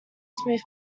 smooth